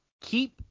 keep